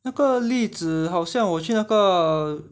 那个栗子好像我去那个